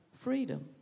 freedom